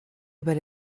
über